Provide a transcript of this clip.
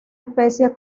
especie